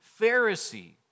Pharisee